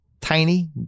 tiny